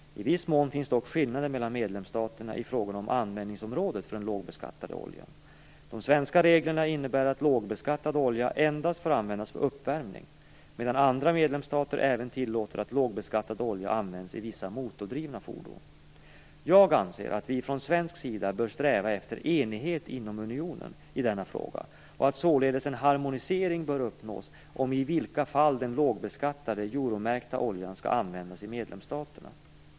I viss mån finns det dock skillnader mellan medlemsstaterna i fråga om användningsområdet för den lågbeskattade oljan. De svenska reglerna innebär att lågbeskattad olja endast får användas för uppvärmning, medan andra medlemsstater även tillåter att lågbeskattad olja används i vissa motordrivna fordon. Jag anser att vi från svensk sida bör sträva efter enighet inom unionen i denna fråga och att således en harmonisering bör uppnås om i vilka fall den lågbeskattade, euromärkta, oljan skall användas i medlemsstaterna.